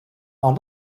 are